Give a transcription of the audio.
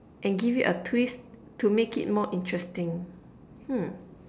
and give it a twist to make it more interesting hmm